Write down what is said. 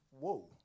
whoa